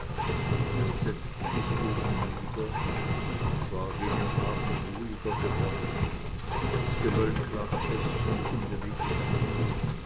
er setzte sich oben nieder es war gegen abend ruhiger geworden das gewölk lag fest und unbeweglich am himmel